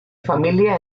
familia